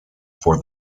for